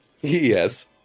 Yes